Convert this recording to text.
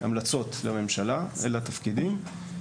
אלה התפקידים,